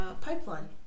pipeline